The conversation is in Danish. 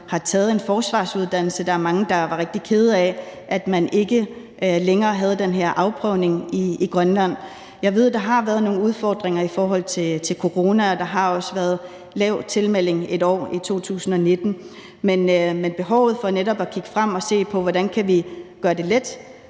har taget en forsvarsuddannelse; der er mange, der var rigtig kede af, at man ikke længere havde den her afprøvning i Grønland. Jeg ved, at der har været nogle udfordringer i forhold til corona, og der har også været lav tilmelding et år, i 2019; men behovet for netop at kigge frem og se på, hvordan vi kan gøre det let